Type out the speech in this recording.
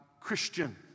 Christian